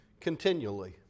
continually